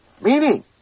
Meaning